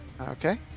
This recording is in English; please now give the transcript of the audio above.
Okay